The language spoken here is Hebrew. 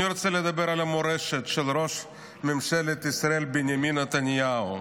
אני רוצה לדבר על המורשת של ראש ממשלת ישראל בנימין נתניהו.